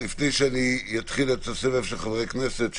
לפני שאני מתחיל את הסבב של חברי הכנסת,